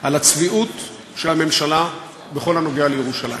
על הצביעות של הממשלה בכל הנוגע לירושלים.